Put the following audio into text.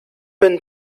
when